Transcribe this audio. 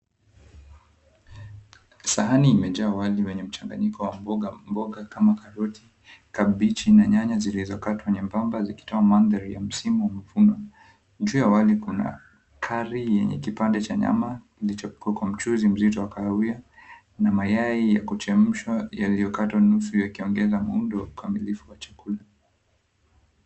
Sahani imejaa wali wenye mchanganyiko wa mboga. Mboga kama karoti, kabichi na nyanya zilizokatwa nyembamba, zikitoa mandhari ya msimu wa mavuno. Juu ya wali kuna curry yenye kipande cha nyama, kilichokuwa kwa mchuzi mzito kahawia, na mayai ya kuchemshwa yaliyokatwa nusu, yakiongeza muundo kamilifu wa chakula.